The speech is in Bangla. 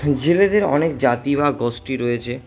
জেলেদের অনেক জাতি বা গোষ্ঠী রয়েছে